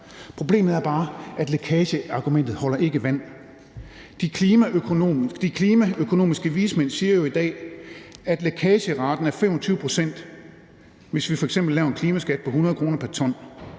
Problemet er bare, at lækageargumentet ikke holder vand. De klimaøkonomiske vismænd siger jo i dag, at lækageraten er 25 pct., hvis vi f.eks. laver en klimaskat på 100 kr. pr. ton.